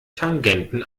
tangenten